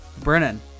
Brennan